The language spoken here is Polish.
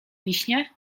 wiśnie